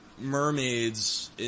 mermaids